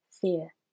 fear